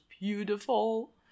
beautiful